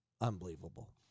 unbelievable